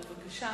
בבקשה.